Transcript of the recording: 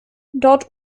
dort